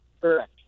Correct